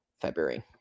February